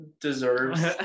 deserves